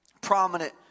prominent